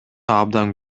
абдан